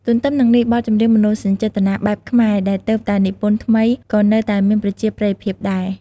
ទន្ទឹមនឹងនេះ បទចម្រៀងមនោសញ្ចេតនាបែបខ្មែរដែលទើបតែនិពន្ធថ្មីក៏នៅតែមានប្រជាប្រិយភាពដែរ។